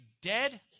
dead